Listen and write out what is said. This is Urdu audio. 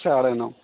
ساڑھے نو